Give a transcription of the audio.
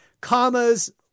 commas